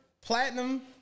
Platinum